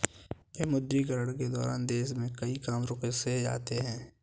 विमुद्रीकरण के दौरान देश में कई काम रुक से जाते हैं